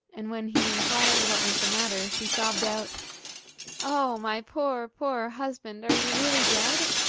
and when he inquired what was the matter, she sobbed out oh, my poor, poor husband, are you really dead?